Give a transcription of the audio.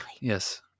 yes